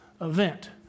event